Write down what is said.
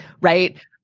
Right